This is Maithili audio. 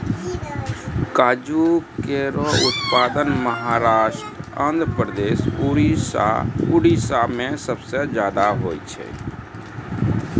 काजू केरो उत्पादन महाराष्ट्र, आंध्रप्रदेश, उड़ीसा में सबसे जादा होय छै